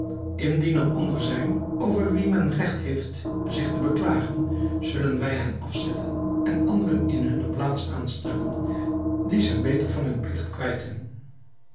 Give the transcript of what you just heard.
er onder zijn over wie men regt heeft zich te beklagen zullen wij hen afzetten en anderen in hunne plaats aanstellen die zich beter van hun pligt kwijten